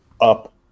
up